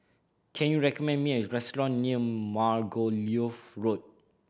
can you recommend me a restaurant near Margoliouth Road